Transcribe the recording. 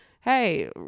Hey